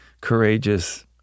courageous